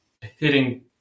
hitting